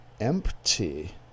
empty